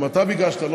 גם אתה ביקשת,